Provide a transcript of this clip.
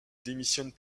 démissionne